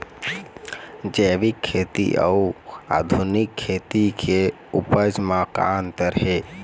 जैविक खेती अउ आधुनिक खेती के उपज म का अंतर हे?